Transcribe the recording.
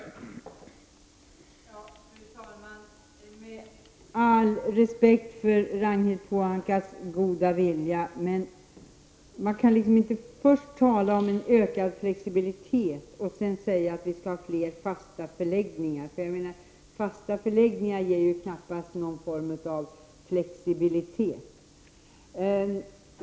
Fru talman! Med all respekt för Ragnhild Pohankas goda vilja måste jag säga att man inte först kan tala om ökad flexibilitet och sedan säga att vi skall ha fler fasta förläggningar. Fasta förläggningar ger ju knappast någon form av flexibilitet.